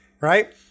right